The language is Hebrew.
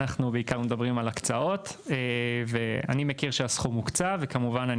אנחנו בעיקר מדברים על הקצאות ואני מכיר שהסכום הוקצה וכמובן,